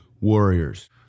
Warriors